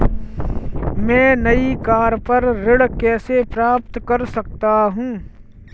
मैं नई कार पर ऋण कैसे प्राप्त कर सकता हूँ?